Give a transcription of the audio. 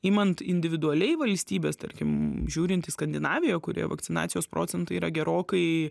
imant individualiai valstybes tarkim žiūrint į skandinaviją kurioje vakcinacijos procentai yra gerokai